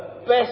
best